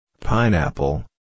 pineapple